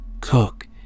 cook